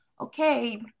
okay